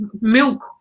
milk